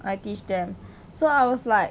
I teach them so I was like